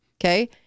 okay